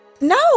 No